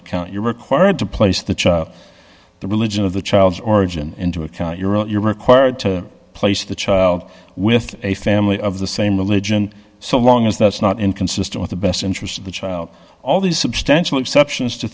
account you're required to place the child the religion of the child's origin into account you're required to place the child with a family of the same religion so long as that's not inconsistent with the best interest of the child all these substantial exceptions to